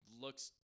looks